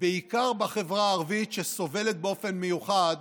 בעיקר בחברה הערבית, שסובלת באופן מיוחד